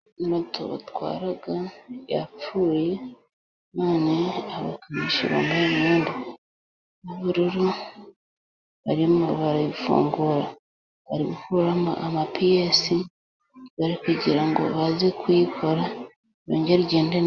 Moto batwara yapfuye none abakanisha bambaye imyenda y'ubururu barimo barayifungura, bari gukuramo amapiyesi, bari kugira ngo baze kuyikora yongere igende neza.